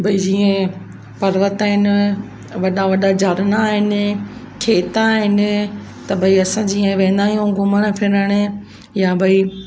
भई जीअं पर्वत आहिनि वॾा वॾा झरना आहिनि खेता आहिनि त भई असां जीअं वेंदा आहियूं घुमण फिरण या भई